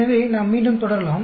எனவே நாம் மீண்டும் தொடரலாம்